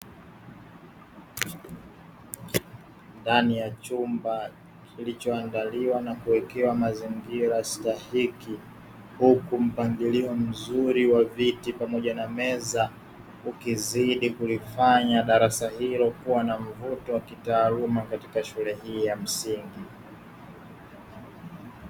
Ndani ya chumba kilichoandaliwa na kuekewa mazingira stahiki, huku mpangilio mzuri wa viti pamoja na meza ukuzidi kulifanya darasa hilo kuwa mvuto wa kitaaluma katika shule hii ya msingi.